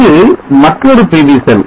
இது மற்றொரு PV செல்